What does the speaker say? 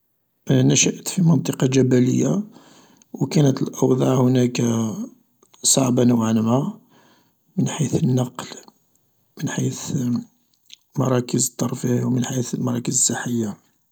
نشأت في منطقة جبلية كانت الأوضاع هناك صعبة نوعا ما حيث النقل من حيث مراكز الترفيه و من حيث المراكز الصحية.